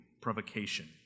provocation